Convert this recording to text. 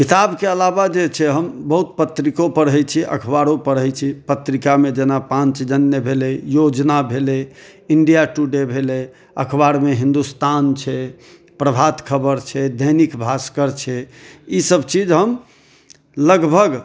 किताबके अलावा जे छै से हम बहुत पत्रिको पढ़ै छी अखबारो पढ़ै छी पत्रिकामे जेना पाञ्चजन्य भेलै योजना भेलै इण्डिया टुडे भेलै अखबारमे हिन्दुस्तान छै प्रभात खबर छै दैनिक भास्कर छै ई सभ चीज हम लगभग